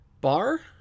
bar